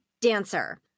dancer